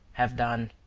have done.